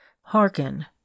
HEARKEN